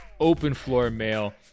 openfloormail